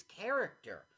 character